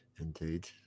Indeed